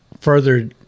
further